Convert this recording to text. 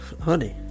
honey